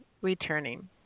returning